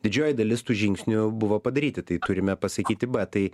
didžioji dalis tų žingsnių buvo padaryti tai turime pasakyti b tai